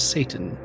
Satan